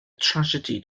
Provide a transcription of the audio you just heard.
drasiedi